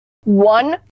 One